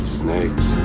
snakes